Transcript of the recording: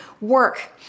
work